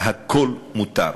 הכול מותר.